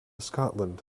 scotland